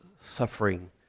suffering